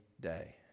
day